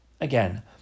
Again